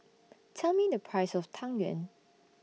Tell Me The Price of Tang Yuen